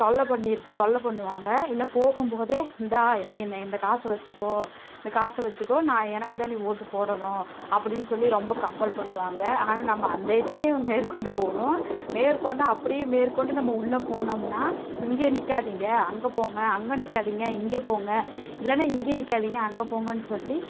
தொல்லைப்பண்ணி இருப் தொல்லை பண்ணுவாங்க இல்லை போகும்போதே இந்தா நீ இந்த காசை வச்சுக்கோ இந்த காசை வச்சுக்கோ நான் எனக்கு தான் நீ ஓட்டு போடணும் அப்படின்னு சொல்லி ரொம்ப கம்ப்பல் பண்ணுவாங்க ஆனால் நம்ம அந்த இதையும் மேற்கொண்டு போகணும் மேற்கொண்டு அப்படியே மேற்கொண்டு நம்ம உள்ளே போனோம்ன்னா இங்கே நிற்காதிங்க அங்கே போங்க அங்கே நிற்காதிங்க இங்கே போங்க இல்லைன்னா இங்கே நிற்காதிங்க அங்கே போங்கன்னு சொல்லி